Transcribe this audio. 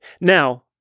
Now